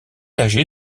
âgé